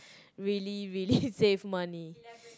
really really save money